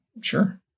Sure